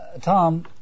Tom